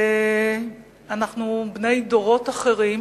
אנחנו בני דורות אחרים,